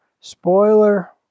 Spoiler